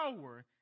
power